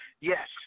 Yes